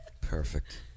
Perfect